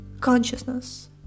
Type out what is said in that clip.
Consciousness